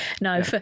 no